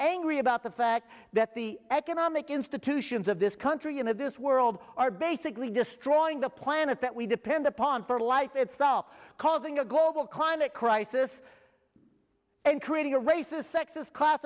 angry about the fact that the economic institutions of this country and in this world are basically destroying the planet that we depend upon for life it's now causing a global climate crisis and creating a racist sexist c